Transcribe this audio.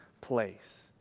place